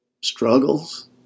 struggles